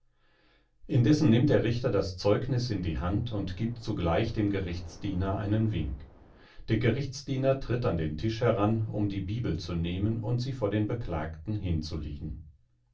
indessen nimmt der richter das zeugnis in die hand und gibt zugleich dem gerichtsdiener einen wink der gerichtsdiener tritt an den tisch heran um die bibel zu nehmen und sie vor den beklagten hinzulegen